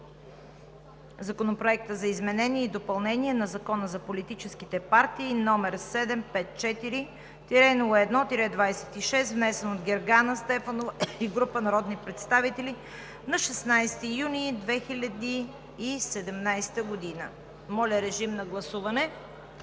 Законопроект за изменение и допълнение на Закона за политическите партии, № 754-01-26, внесен от Гергана Стефанова и група народни представители на 16 юни 2017 г. Гласували